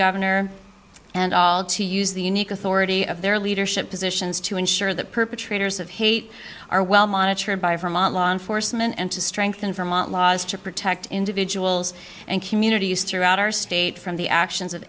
governor and all to use the unique authority of their leadership positions to ensure that perpetrators of hate are well monitored by vermont law enforcement and to strengthen vermont laws to protect individuals and communities throughout our state from the actions of